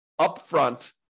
upfront